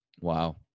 Wow